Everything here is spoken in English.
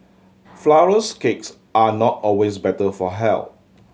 flourless cakes are not always better for health